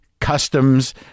customs